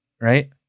right